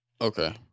okay